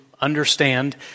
understand